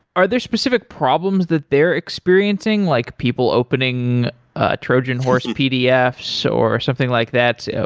are there specific problems that they're experiencing, like people opening a trojan horse and pdfs or something like that?